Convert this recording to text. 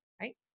right